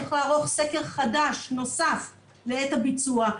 צריך לערוך סקר חדש נוסף לעת הביצוע,